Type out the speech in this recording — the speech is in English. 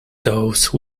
those